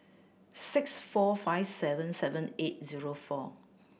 six four five seven seven eight zero four